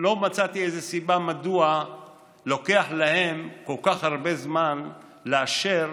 לא מצאתי סיבה מדוע לוקח להם כל כך הרבה זמן לאשר